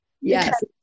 Yes